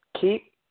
keep